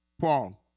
Paul